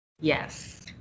yes